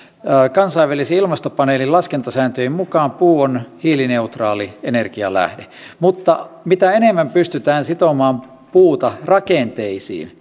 kansainvälisen ilmastopaneelin laskentasääntöjen mukaan puu on hiilineutraali energialähde mutta mitä enemmän pystytään sitomaan puuta rakenteisiin